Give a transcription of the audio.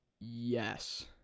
Yes